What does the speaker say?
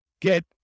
get